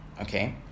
Okay